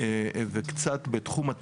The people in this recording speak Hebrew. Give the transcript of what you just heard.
וקצת בתחום הטיפול.